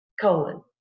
colon